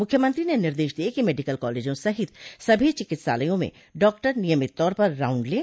मुख्यमंत्री ने निर्देश दिए कि मेडिकल कॉलेजों सहित सभी चिकित्सालयों में डॉक्टर नियमित तौर पर राउण्ड लें